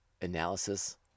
analysis